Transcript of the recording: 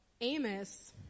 Amos